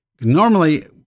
normally